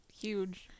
huge